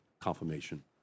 confirmation